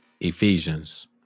Ephesians